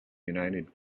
united